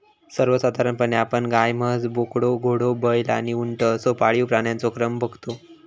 सर्वसाधारणपणे आपण गाय, म्हस, बोकडा, घोडो, बैल आणि उंट असो पाळीव प्राण्यांचो क्रम बगतो